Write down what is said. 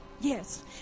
yes